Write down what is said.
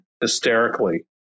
hysterically